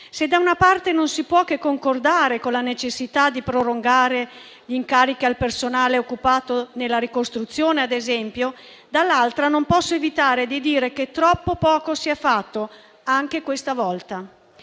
Se da una parte non si può che concordare con la necessità di prorogare in carica il personale occupato nella ricostruzione, ad esempio, dall'altra non posso evitare di dire che troppo poco si è fatto, anche questa volta.